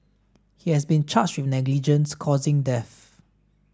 he has been charged with negligence causing death